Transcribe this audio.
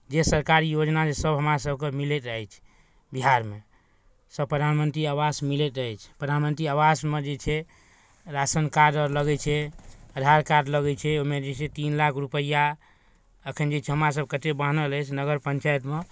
जे सरकारी योजना जे सभ हमरा सभके मिलैत अछि बिहारमे सभ प्रधानमंत्री आवास मिलैत अछि प्रधानमंत्री आवासमे जे छै राशन कार्ड आओर लगै छै आधार कार्ड लगै छै ओहिमे जे छै तीन लाख रुपैआ एखन जे छै हमरासभके से बान्हल अछि नगर पञ्चायतमे